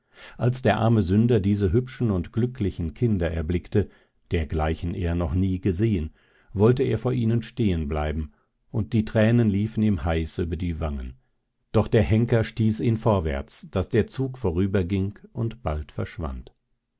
als der arme sünder diese hübschen und glücklichen kinder erblickte dergleichen er noch nie gesehen wollte er vor ihnen stehen bleiben und die tränen liefen ihm heiß über die wangen doch der henker stieß ihn vorwärts daß der zug vorüberging und bald verschwand